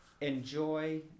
Enjoy